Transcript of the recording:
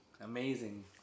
amazing